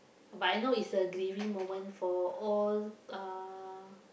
but I know is a grieving moment for all uh